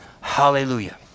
Hallelujah